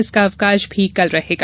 इसका अवकाश भी कल रहेगा